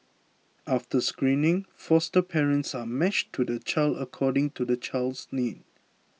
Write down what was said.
after screening foster parents are matched to the child according to the child's needs